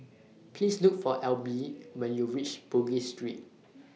Please Look For Elby when YOU REACH Bugis Street